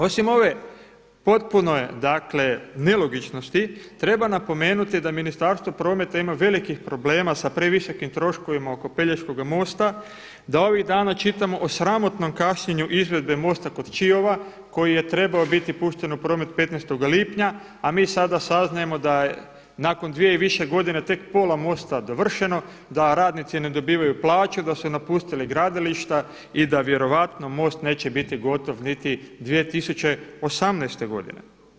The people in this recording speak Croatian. Osim ove potpune nelogičnosti treba napomenuti da Ministarstvo prometa ima velikih problema sa previsokim troškovima oko Pelješkoga mosta, da ovih dana čitamo o sramotnom kašnjenju izvedbe mosta kod Čiova koji je trebao biti pušten u promet 15. lipnja, a mi sada saznajemo da je nakon dvije i više godine tek pola mosta dovršeno, da radnici ne dobivaju plaću, da su napustili gradilišta i da vjerojatno most neće biti gotovo niti 2018. godine.